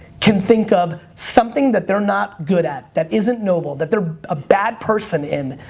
can think of something that they're not good at, that isn't noble, that they're a bad person in.